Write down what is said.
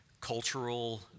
cultural